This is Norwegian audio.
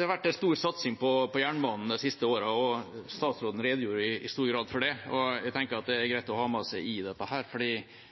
har vært en stor satsing på jernbane de siste årene, og statsråden redegjorde i stor grad for det. Jeg tenker at det er greit å ha med seg i dette, for det bygges jo nå ut ganske betydelig, ikke minst her